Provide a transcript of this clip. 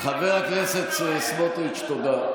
חבר הכנסת סמוטריץ', תודה.